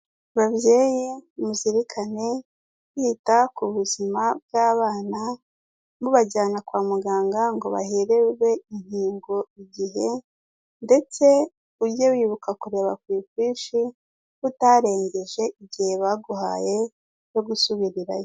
Babyeyi muzirikane kwita ku buzima bw'abana, mubajyana kwa muganga ngo bahererwe inkingo igihe ndetse ujye wibuka kureba ku ifishi ko utarengeje igihe baguhaye cyo gusubirirayo.